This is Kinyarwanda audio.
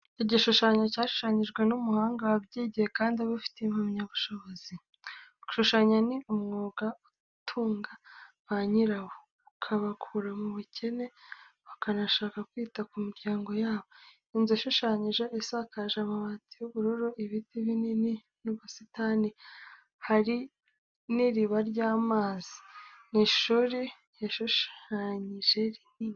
Igishushanyo cyashushanyijwe n'umuhanga wabyigiye kandi ubifitiye impamya bushobozi. Gushushanya ni umwuga utunga ba nyirawo, ukabakura mu bukene, bakanabasha kwita ku miryango yabo. Inzu ishushanyije isakaje amabati y'ubururu, ibiti binini, n'ubusitani, hari n'iriba ry'amazi. Ni ishuri yashushanyije rinini.